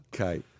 Okay